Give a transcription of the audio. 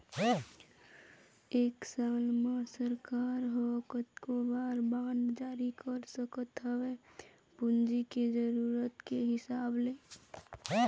एक साल म सरकार ह कतको बार बांड जारी कर सकत हवय पूंजी के जरुरत के हिसाब ले